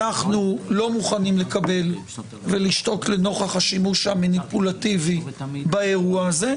אנחנו לא מוכנים לקבל ולשתוק לנוכח השימוש המניפולטיבי באירוע הזה.